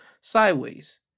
sideways